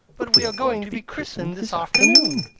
but we are going to be christened this afternoon.